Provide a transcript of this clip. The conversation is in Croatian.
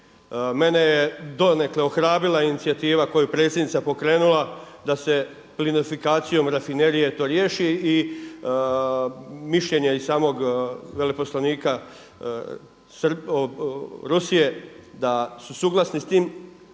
Mene je donekle ohrabrila inicijativa koju je predsjednica pokrenula da se plinifikacijom rafinerije to riješi i mišljenja i samog veleposlanika Rusije da su suglasni s time,